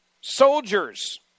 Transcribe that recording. soldiers